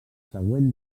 següent